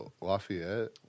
Lafayette